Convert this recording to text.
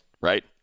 Right